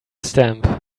stamp